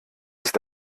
ist